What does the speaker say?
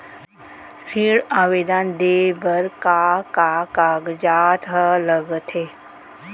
ऋण आवेदन दे बर का का कागजात ह लगथे?